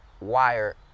wire